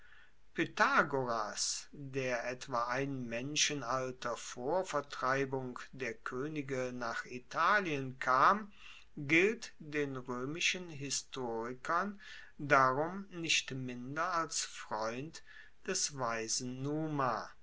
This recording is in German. pythagoras der etwa ein menschenalter vor vertreibung der koenige nach italien kam gilt den roemischen historikern darum nicht minder als freund des weisen numa